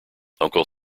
uncle